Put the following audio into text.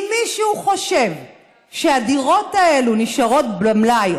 אם מישהו חושב שהדירות האלו נשארות במלאי,